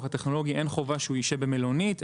הטכנולוגי לא היה חייב לשהות במלונית,